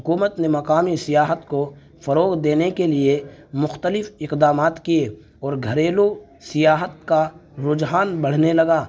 حکومت نے مکامی سیاحت کو فروغ دینے کے لیے مختلف اقدامات کیے اور گھریلو سیاحت کا رجحان بڑھنے لگا